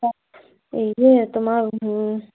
এইরে তোমার হুম